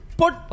put